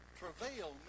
travail